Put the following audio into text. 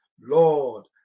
Lord